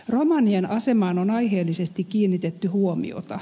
romanien asemaan on aiheellisesti kiinnitetty huomiota